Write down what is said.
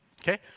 okay